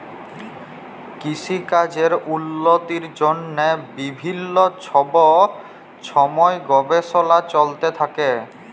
কিসিকাজের উল্লতির জ্যনহে বিভিল্ল্য ছব ছময় গবেষলা চলতে থ্যাকে